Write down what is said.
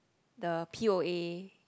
the p_o_a